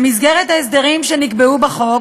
במסגרת ההסדרים שנקבעו בחוק,